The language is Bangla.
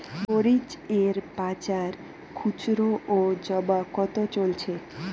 মরিচ এর বাজার খুচরো ও জমা কত চলছে?